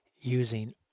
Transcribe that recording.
using